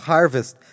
Harvest